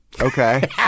Okay